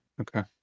okay